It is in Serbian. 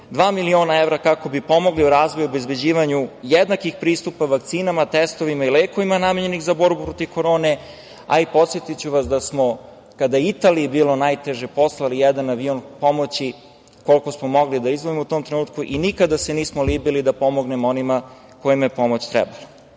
miliona evra, kako bi pomogli u razvoju i obezbeđivanju jednakih pristupa vakcinama, testovima i lekovima namenjenih za borbu protiv korone, a podsetiću vas i da smo kada je Italiji bilo najteže poslali jedan avion pomoći, koliko smo mogli da izdvojimo u tom trenutku. Nikada se nismo libili da pomognemo onima kojima je pomoć trebala. Kao